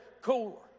cooler